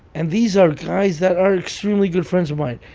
and these are guys that are extremely good friends of mine.